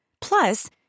Plus